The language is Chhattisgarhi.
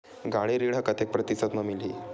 गाड़ी ऋण ह कतेक प्रतिशत म मिलही?